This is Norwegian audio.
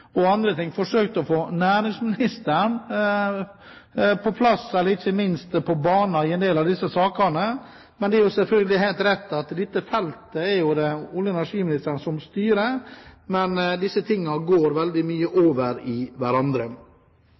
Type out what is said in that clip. å få næringsministeren på banen i en del av disse sakene. Det er selvfølgelig helt rett at dette feltet er det olje- og energiministeren som styrer, men disse tingene går veldig mye over i hverandre.